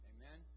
Amen